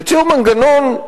שהציעו מנגנון,